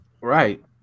Right